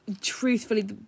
truthfully